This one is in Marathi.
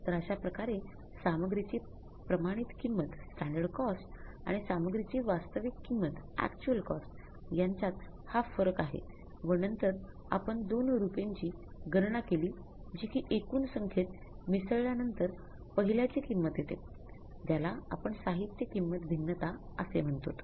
तर सामग्रीची मानक किंमत असे म्ह्णतोत